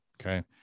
Okay